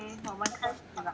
我们开始 bah